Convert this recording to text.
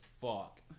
fuck